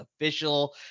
official